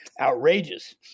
outrageous